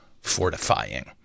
fortifying